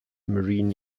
marine